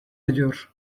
ediyor